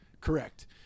Correct